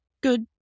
good